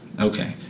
Okay